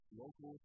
local